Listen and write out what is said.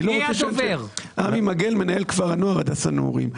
אני עמי מגן, מנהל כפר הנוער הדסה נעורים.